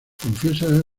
confiesa